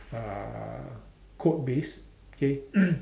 uh code based okay